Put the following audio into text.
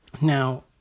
now